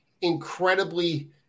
incredibly